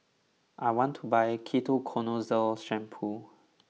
I want to buy Ketoconazole Shampoo